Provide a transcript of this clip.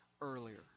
earlier